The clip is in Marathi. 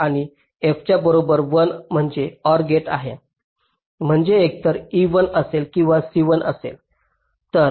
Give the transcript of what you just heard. आणि f च्या बरोबर 1 म्हणजे OR गेट आहे म्हणजे एकतर e 1 असेल किंवा c 1 असेल